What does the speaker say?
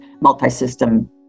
multi-system